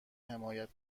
حمایت